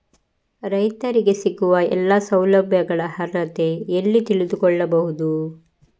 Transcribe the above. ರೈತರಿಗೆ ಸಿಗುವ ಎಲ್ಲಾ ಸೌಲಭ್ಯಗಳ ಅರ್ಹತೆ ಎಲ್ಲಿ ತಿಳಿದುಕೊಳ್ಳಬಹುದು?